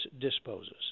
disposes